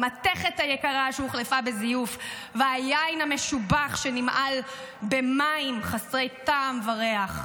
המתכת היקרה שהוחלפה בזיוף והיין המשובח שנמהל במים חסרי טעם וריח,